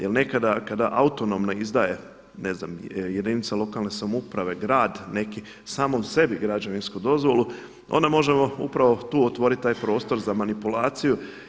Jer nekada kada autonomno izdaje ne znam jedinica lokalne samouprave, grad neki samom sebi građevinsku dozvolu, onda možemo upravo tu otvoriti taj prostor za manipulaciju.